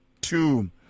two